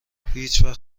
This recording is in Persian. هیچوقت